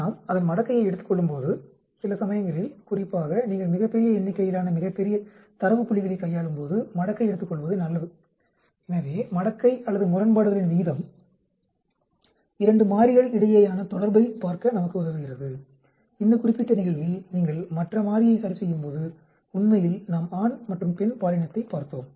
நாம் அதன் மடக்கையை எடுத்துக் கொள்ளும்போது சில சமயங்களில் குறிப்பாக நீங்கள் மிகப் பெரிய எண்ணிக்கையிலான மிகப் பெரிய தரவு புள்ளிகளைக் கையாளும் போது மடக்கை எடுத்துக்கொள்வது நல்லது எனவே மடக்கை அல்லது முரண்பாடுகளின் விகிதம் 2 மாறிகள் இடையேயான தொடர்பைப் பார்க்க நமக்கு உதவுகிறது இந்த குறிப்பிட்ட நிகழ்வில் நீங்கள் மற்ற மாறியை சரிசெய்யும்போது உண்மையில் நாம் ஆண் மற்றும் பெண் பாலினத்தைப் பார்த்தோம்